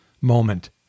moment